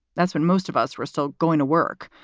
that's when most of us were still going to work,